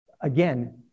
again